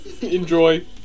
Enjoy